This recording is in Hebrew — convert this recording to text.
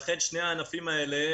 לכן שני הענפים האלה,